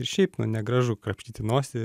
ir šiaip nu negražu krapštyti nosį